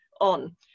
on